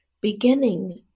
beginning